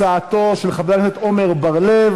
הצעתו של חבר הכנסת סלומינסקי עברה.